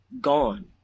gone